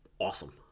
awesome